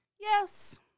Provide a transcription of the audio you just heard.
Yes